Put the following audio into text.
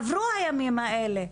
עברו הימים האלה.